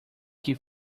que